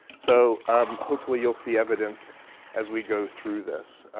so um hopefully you'll see evidence as we go through this.